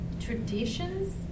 traditions